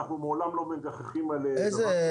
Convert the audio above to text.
אנחנו לעולם לא מגחכים על דבר כזה.